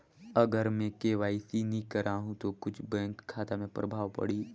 अगर मे के.वाई.सी नी कराहू तो कुछ बैंक खाता मे प्रभाव पढ़ी?